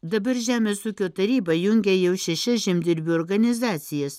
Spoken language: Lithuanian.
dabar žemės ūkio taryba jungia jau šešias žemdirbių organizacijas